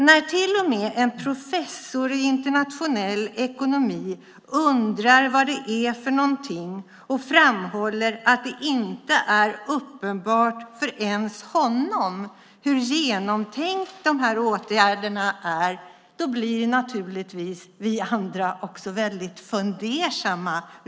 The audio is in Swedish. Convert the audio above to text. När till och med en professor i internationell ekonomi undrar vad det är för någonting och framhåller att det inte är uppenbart ens för honom hur genomtänkta de här åtgärderna är blir naturligtvis vi andra också väldigt fundersamma.